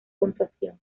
puntuación